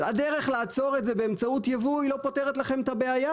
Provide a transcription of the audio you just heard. הדרך לעצור את זה באמצעות ייבוא היא לא פותרת לכם את הבעיה,